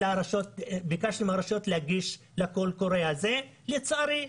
ביקשנו מהרשויות להגיש לקול קורא הזה ולצערי,